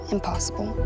Impossible